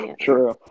True